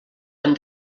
han